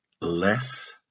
less